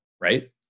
right